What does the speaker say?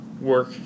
work